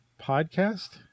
podcast